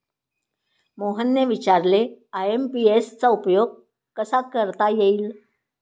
मोहनने विचारले आय.एम.पी.एस चा उपयोग कसा करता येईल?